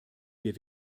wir